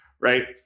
Right